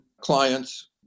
clients